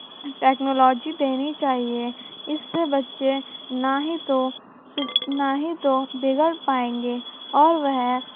technology دینی چاہیے اس سے بچے نا ہی تو نا ہی تو بگڑ پائیں گے اور وہ